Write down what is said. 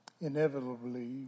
inevitably